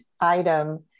item